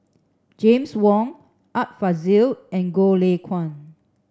James Wong Art Fazil and Goh Lay Kuan